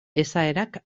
esaerak